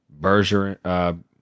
Bergeron